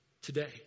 Today